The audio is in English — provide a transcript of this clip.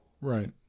Right